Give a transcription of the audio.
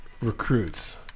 recruits